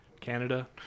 Canada